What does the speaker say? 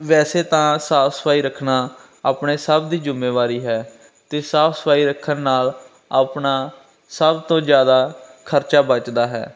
ਵੈਸੇ ਤਾਂ ਸਾਫ ਸਫਾਈ ਰੱਖਣਾ ਆਪਣੇ ਸਭ ਦੀ ਜ਼ਿੰਮੇਵਾਰੀ ਹੈ ਅਤੇ ਸਾਫ ਸਫਾਈ ਰੱਖਣ ਨਾਲ ਆਪਣਾ ਸਭ ਤੋਂ ਜ਼ਿਆਦਾ ਖਰਚਾ ਬਚਦਾ ਹੈ